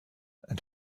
and